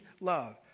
love